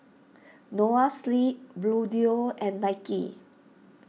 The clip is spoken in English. Noa Sleep Bluedio and Nike